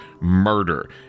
murder